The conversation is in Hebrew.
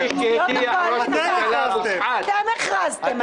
אתם הכרזתם.